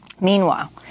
Meanwhile